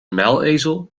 muilezel